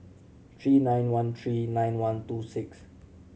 three nine one three nine one two six